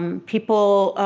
um people,